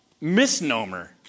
misnomer